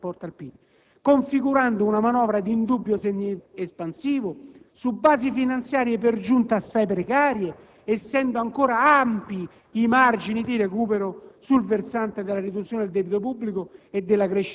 D'altronde, è chiaro che un tale indirizzo di politica finanziaria concretizza, in ogni caso, sul piano contabile, un peggioramento di 4 decimi percentuali del *deficit* della pubblica amministrazione in rapporto al PIL,